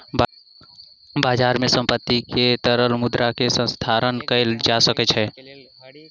बजार मे संपत्ति के तरल मुद्रा मे हस्तांतरण कयल जा सकै छै